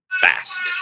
fast